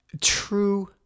True